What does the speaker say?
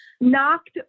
knocked